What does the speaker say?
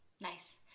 Nice